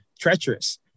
treacherous